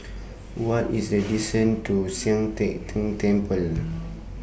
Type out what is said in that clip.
What IS The distance to Sian Teck Tng Temple